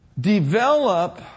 Develop